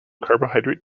carbohydrate